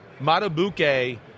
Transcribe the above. Matabuke